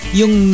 yung